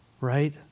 right